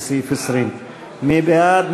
מי בעד?